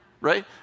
right